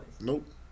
Nope